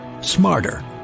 smarter